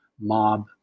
mob